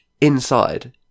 inside